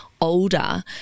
older